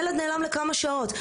ילד נעלם לכמה שעות,